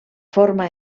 forma